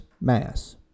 mass